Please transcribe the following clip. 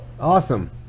Awesome